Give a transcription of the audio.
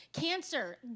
cancer